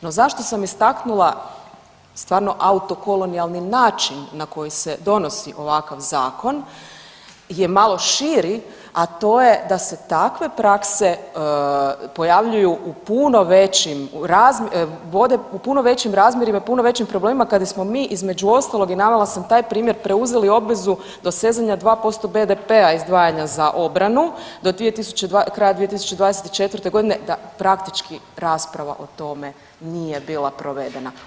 No zašto sam istaknula stvarno autokolonijalni način na koji se donosi ovakav zakon je malo širi, a to je da se takve prakse pojavljuju u puno većim, vode u puno većim razmjerima i puno većim problemima kada smo mi između ostalog i navela sam taj primjer preuzeli obvezu dosezanja 2% BDP-a izdvajanja za obranu do kraja 2024. godine da praktički rasprava o tome nije bila provedena.